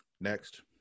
Next